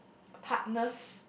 partners